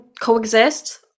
coexist